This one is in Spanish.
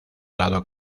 dado